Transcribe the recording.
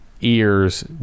ears